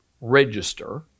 register